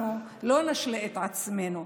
אנחנו לא נשלה את עצמנו.